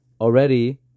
already